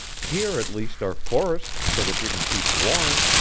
here at least are forests so that you can keep warm.